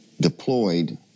deployed